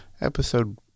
episode